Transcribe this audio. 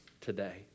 today